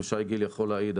ושי גיל יכול להעיד.